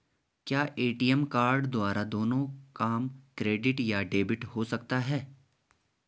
क्या ATM card द्वारा दोनों काम क्रेडिट या डेबिट हो सकता है?